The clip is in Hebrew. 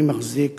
אני מחזיק